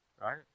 right